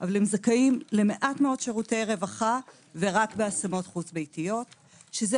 אבל זכאים למעט מאוד שירותי רווחה ורק בהשמות חוץ ביתיות שזה